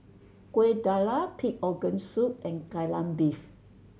Kueh Dadar pig organ soup and Kai Lan Beef